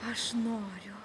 aš noriu